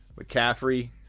McCaffrey